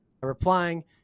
replying